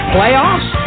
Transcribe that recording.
Playoffs